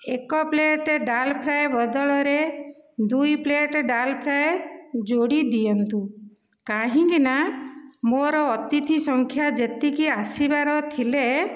ଏକ ପ୍ଲେଟ ଡାଲ ଫ୍ରାଏ ବଦଳରେ ଦୁଇ ପ୍ଲେଟ ଡାଲ ଫ୍ରାଏ ଯୋଡ଼ି ଦିଅନ୍ତୁ କାହିଁକିନା ମୋର ଅତିଥି ସଂଖ୍ୟା ଯେତିକି ଆସିବାର ଥିଲେ